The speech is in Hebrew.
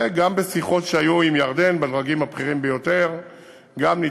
גם בשיחות שהיו עם ירדן בדרגים הבכירים ביותר ניתן